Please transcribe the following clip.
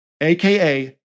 AKA